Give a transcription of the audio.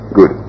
Good